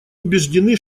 убеждены